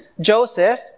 Joseph